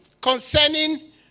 concerning